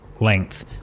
length